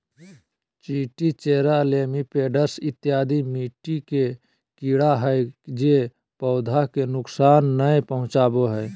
चींटी, चेरा, मिलिपैड्स इत्यादि मिट्टी के कीड़ा हय जे पौधा के नुकसान नय पहुंचाबो हय